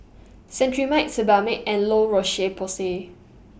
Cetrimide Sebamed and La Roche Porsay